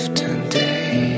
today